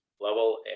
level